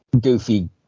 goofy